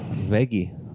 Veggie